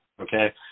Okay